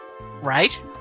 Right